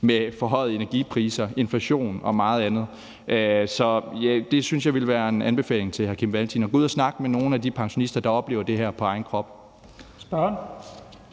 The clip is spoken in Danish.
med forhøjede energipriser, inflation og meget andet. Så det ville være en anbefaling til hr. Kim Valentin at gå ud og snakke med nogle af de pensionister, der oplever det her på egen krop.